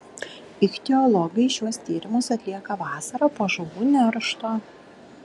ichtiologai šiuos tyrimus atlieka vasarą po žuvų neršto